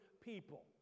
people